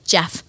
Jeff